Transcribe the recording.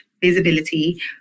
visibility